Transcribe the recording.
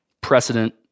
precedent